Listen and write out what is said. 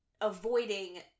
avoiding